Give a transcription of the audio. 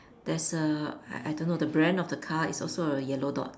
there's a I I don't know the brand of the car is also a yellow dot